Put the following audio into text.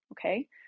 okay